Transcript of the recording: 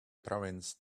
province